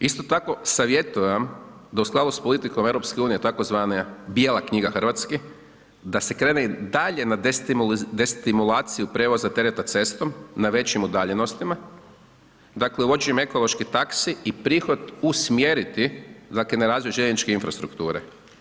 Isto tako savjetujem vam da u skladu sa politikom EU tzv. Bijela knjiga Hrvatska da se krene dalje na destimulaciju prijevoza tereta cestom, na većim udaljenostima, dakle uvođenjem ekoloških taksi i prihod usmjeriti za …/nerazumljivo/… željezničke infrastrukture.